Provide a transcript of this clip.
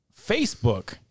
Facebook